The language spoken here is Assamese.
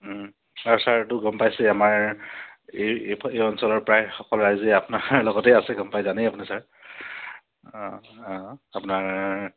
আৰু ছাৰ এইটো গম পাইছেই আমাৰ এই এই এই অঞ্চলৰ প্ৰায় সকলো ৰাইজে আপোনাৰ লগতে আছে গম পাই জানেই আপুনি ছাৰ অঁ অঁ আপোনাৰ